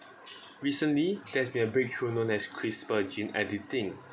recently there's been a breakthrough known as CRISPR gene editing